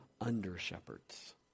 under-shepherds